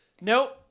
Nope